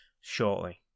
shortly